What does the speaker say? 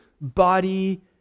Body